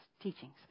teachings